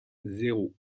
zéro